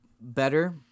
better